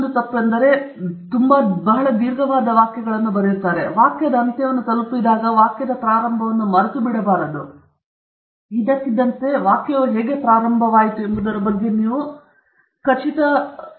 ಒಂದು ಶಿಕ್ಷೆಯು ಸುದೀರ್ಘ ಅಥವಾ ಇಲ್ಲವೇ ಎಂಬ ಸರಳವಾದ ಗೇಜ್ ನೀವು ಶಿಕ್ಷೆಯನ್ನು ಓದಿದಾಗ ನೀವು ವಾಕ್ಯದ ಅಂತ್ಯವನ್ನು ತಲುಪಿದಾಗ ನೀವು ವಾಕ್ಯದ ಪ್ರಾರಂಭವನ್ನು ಮರೆತುಬಿಡಬಾರದು ನೀವು ಅಂತ್ಯದವರೆಗೂ ಓದುವಂತಿಲ್ಲ ತದನಂತರ ಮತ್ತೊಮ್ಮೆ ಇದ್ದಕ್ಕಿದ್ದಂತೆ ವಾಕ್ಯವು ಹೇಗೆ ಪ್ರಾರಂಭವಾಯಿತು ಎಂಬುದರ ಬಗ್ಗೆ ನೀವು ಖಚಿತವಾಗಿಲ್ಲ ಆದ್ದರಿಂದ ನೀವು ಹಿಂತಿರುಗಿ ಮತ್ತೆ ವಾಕ್ಯವನ್ನು ಓದಿ